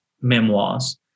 memoirs